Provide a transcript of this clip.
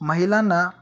महिलांना